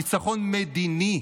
ניצחון מדיני,